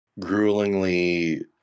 gruelingly